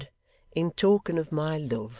in token of my love,